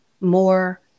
more